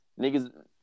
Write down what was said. Niggas